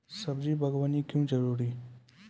सब्जी बागवानी क्यो जरूरी?